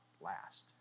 last